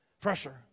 Pressure